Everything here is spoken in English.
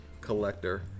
collector